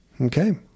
Okay